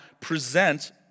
present